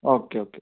okay okay